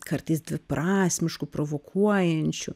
kartais dviprasmišku provokuojančiu